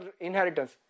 inheritance